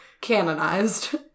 canonized